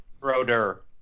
Broder